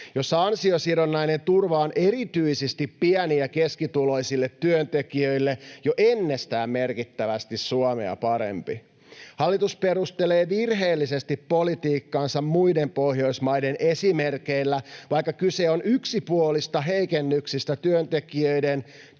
joissa ansiosidonnainen turva on erityisesti pieni- ja keskituloisille työntekijöille jo ennestään merkittävästi Suomea parempi. Hallitus perustelee virheellisesti politiikkaansa muiden Pohjoismaiden esimerkeillä, vaikka kyse on yksipuolisista heikennyksistä työntekijöiden,